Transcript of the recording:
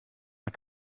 man